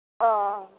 ᱚᱻ